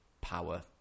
power